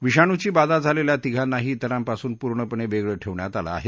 विषाणूची बाधा झालेल्या तिघांनाही तिरांपासून पूर्णपणे वेगळं ठेवण्यात आलं आहे